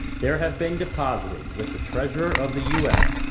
there have been deposited with the treasurer of the u s,